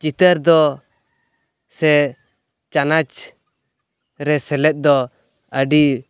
ᱪᱤᱛᱟᱹᱨ ᱫᱚ ᱥᱮ ᱪᱟᱱᱟᱪ ᱨᱮ ᱥᱮᱞᱮᱫ ᱫᱚ ᱟᱹᱰᱤ